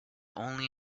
only